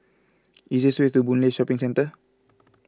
easiest way to Boon Lay Shopping Centre